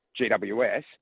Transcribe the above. GWS